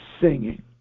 singing